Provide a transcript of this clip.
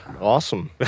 awesome